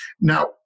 Now